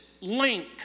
link